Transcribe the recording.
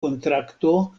kontrakto